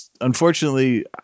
unfortunately